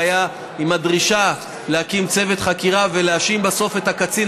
והיה עם הדרישה להקים צוות חקירה ולהאשים בסוף את הקצין